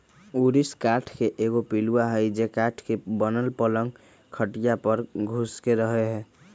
ऊरिस काठ के एगो पिलुआ हई जे काठ के बनल पलंग खटिया पर घुस के रहहै